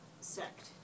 sect